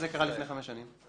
איך זה קרה לפני חמש שנים?